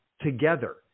together